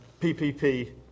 PPP